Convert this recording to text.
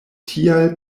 tial